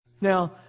Now